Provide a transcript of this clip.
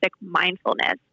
mindfulness